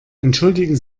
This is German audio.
entschuldigen